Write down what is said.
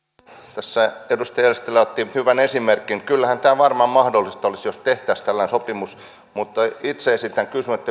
tässä edustaja eestilä otti hyvän esimerkin kyllähän tämä varmaan mahdollista olisi että tehtäisiin tällainen sopimus mutta itse esitän kysymyksen että